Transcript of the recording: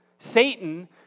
Satan